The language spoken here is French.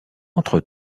entre